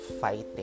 fighting